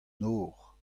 nor